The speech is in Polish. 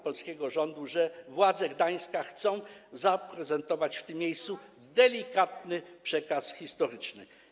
polskiego rządu, że władze Gdańska chcą zaprezentować w tym miejscu delikatny przekaz historyczny.